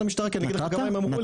למשטרה כי אני אגיד לך מה הם אמרו לי.